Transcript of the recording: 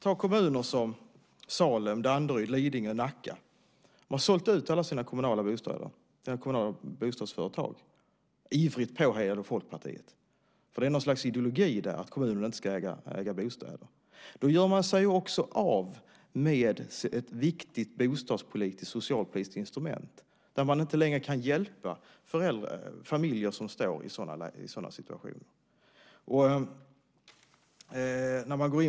Ta kommuner som Salem, Danderyd, Lidingö, Nacka. De har sålt ut alla sina bostäder i kommunala bostadsföretag, ivrigt påhejade av Folkpartiet, för de har något slags ideologi att kommuner inte ska äga bostäder. Då gör man sig ju också av med ett viktigt bostadspolitiskt och socialpolitiskt instrument så att man inte längre kan hjälpa familjer som befinner sig i sådana situationer.